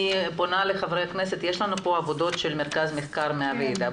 יש לנו כאן עבודות של מרכז המחקר והמידע של הכנסת.